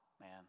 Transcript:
man